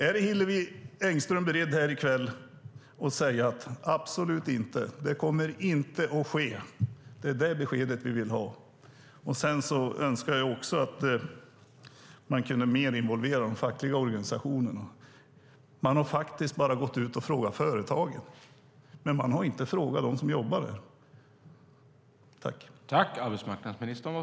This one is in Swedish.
Är Hillevi Engström beredd att säga här i kväll att det absolut inte kommer att ske? Det är det beskedet vi vill ha. Jag önskar också att man kunde involvera de fackliga organisationerna mer. Man har bara frågat företagen. Man har inte frågat dem som jobbar där.